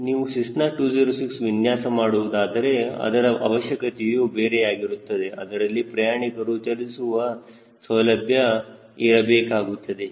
ನೀವು ಸೆಸ್ನಾ 206 ವಿನ್ಯಾಸ ಮಾಡುವುದಾದರೆ ಅದರ ಅವಶ್ಯಕತೆಯೂ ಬೇರೆಯಾಗಿರುತ್ತದೆ ಅದರಲ್ಲಿ ಪ್ರಯಾಣಿಕರು ಚಲಿಸಲು ಸೌಲಭ್ಯ ಇರಬೇಕಾಗುತ್ತದೆ